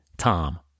Tom